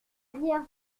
bien